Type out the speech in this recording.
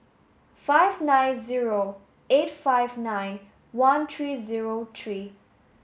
five nine zero eight five nine one three zero three